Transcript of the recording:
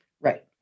Right